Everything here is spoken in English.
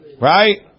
right